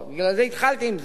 אתה פה, בגלל זה התחלתי עם זה.